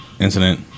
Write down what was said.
incident